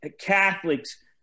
Catholics